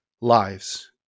lives